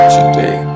today